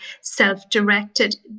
self-directed